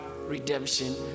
redemption